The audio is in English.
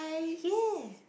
ya